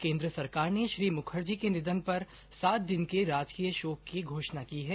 केन्द्र सरकार ने श्री मुखर्जी के निधन पर सात दिन के राजकीय शोक की घोषणा की है